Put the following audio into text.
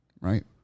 right